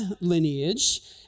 lineage